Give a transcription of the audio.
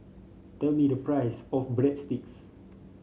tell me the price of Breadsticks